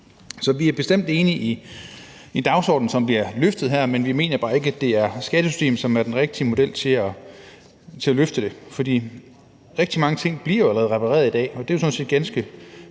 Så vi er bestemt enige i dagsordenen, som her bliver løftet, men vi mener bare ikke, at det er skattesystemet, som er den rigtige model til at løfte det. For rigtig mange ting bliver jo allerede repareret i dag, og det er jo sådan set ganske